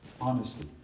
honesty